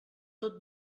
tot